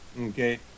okay